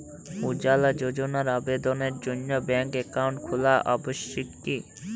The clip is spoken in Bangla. উজ্জ্বলা যোজনার আবেদনের জন্য ব্যাঙ্কে অ্যাকাউন্ট খোলা আবশ্যক কি?